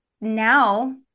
now